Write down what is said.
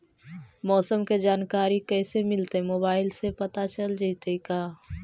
मौसम के जानकारी कैसे मिलतै मोबाईल से पता चल जितै का?